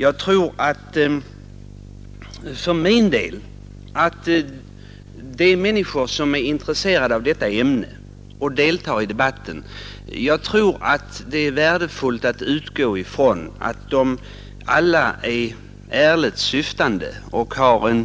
Jag tror för min del att det är värdefullt att utgå ifrån att de människor, som är intresserade av detta ämne och deltar i debatten, alla är ärligt syftande och har